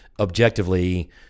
objectively